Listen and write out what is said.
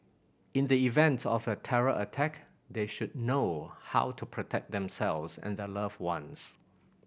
in the event of a terror attack they should know how to protect themselves and their loved ones